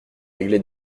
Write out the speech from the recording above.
réglé